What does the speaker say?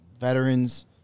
Veterans